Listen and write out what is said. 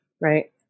right